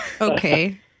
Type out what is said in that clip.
Okay